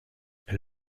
elle